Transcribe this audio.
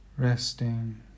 Resting